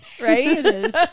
Right